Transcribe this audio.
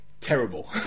terrible